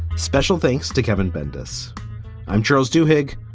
special thanks to kevin bendis i'm charles du hig.